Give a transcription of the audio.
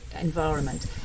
environment